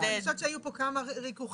אז אני חושבת שהיו פה כמה ויכוחים,